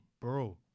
bro